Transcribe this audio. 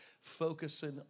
focusing